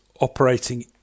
operating